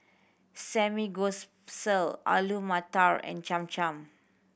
Alu Matar and Cham Cham